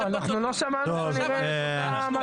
לא, אנחנו לא שמענו כנראה את אותה מצגת.